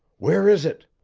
where is it!